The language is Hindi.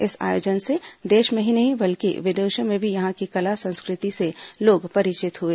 इस आयोजन से देश में ही नहीं बल्कि विदेशों में भी यहां की कला संस्कृति से लोग परिचित हुए